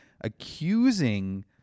accusing